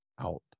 out